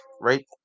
right